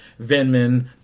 Venman